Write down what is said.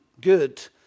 good